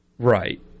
Right